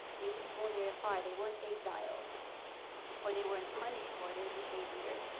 they didn't go very far, they weren't exiled or they weren't punished for their behavior.